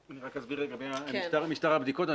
אני אסביר בקצרה לגבי משטר הבדיקות.